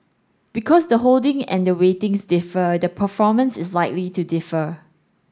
because the holding and the weightings differ the performance is likely to differ